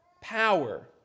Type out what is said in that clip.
power